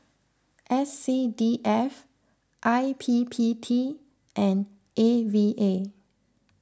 S C D F I P P T and A V A